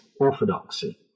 orthodoxy